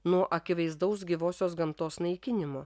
nuo akivaizdaus gyvosios gamtos naikinimo